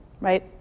right